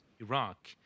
Iraq